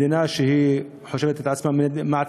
מדינה שמחשיבה את עצמה למעצמת-על,